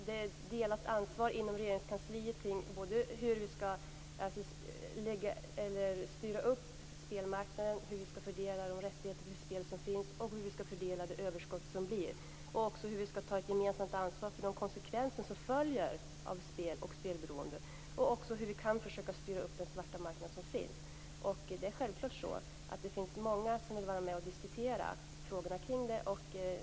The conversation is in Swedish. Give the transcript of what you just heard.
Det är delat ansvar inom Regeringskansliet kring hur vi skall styra upp spelmarknaden, hur vi skall fördela de rättigheter till spel som finns, hur vi skall fördela det överskott som uppkommer, hur vi skall ta ett gemensamt ansvar för de konsekvenser som följer av spel och spelberoende och även hur vi kan försöka styra den svarta marknad som finns. Självklart är det många som vill vara med och diskutera frågorna kring detta.